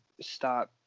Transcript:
stop